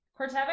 Corteva